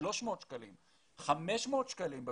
300 שקלים,